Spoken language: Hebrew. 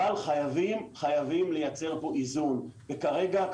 אבל חייבים לייצר פה איזון וכרגע,